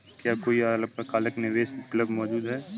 क्या कोई अल्पकालिक निवेश विकल्प मौजूद है?